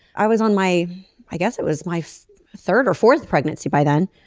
i was on my i guess it was my third or fourth pregnancy by then.